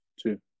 Two